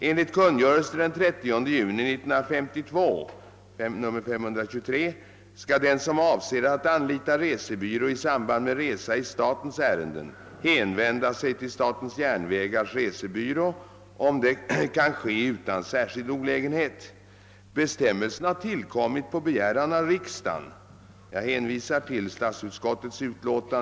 Enligt kungörelsen den 30 juni 1952 skall den som avser att anlita resebyrå i samband med resa i statens ärenden hänvända sig till statens järnvägars resebyrå, om det kan ske utan särskild olägenhet. Bestämmelsen har tillkommit på begäran av riksdagen .